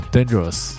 Dangerous